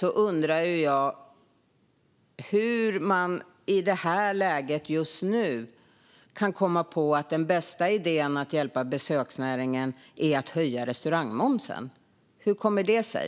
Jag undrar hur man i just det här läget kan komma på att den bästa idén för att hjälpa besöksnäringen är att höja restaurangmomsen. Hur kommer det sig?